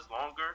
longer